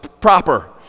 proper